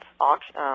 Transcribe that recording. auction